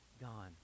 gone